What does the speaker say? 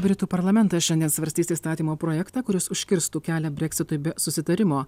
britų parlamentas šiandien svarstys įstatymo projektą kuris užkirstų kelią breksitui be susitarimo